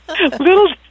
Little